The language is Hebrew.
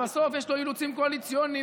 בסוף יש לו אילוצים קואליציוניים,